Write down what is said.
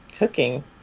Cooking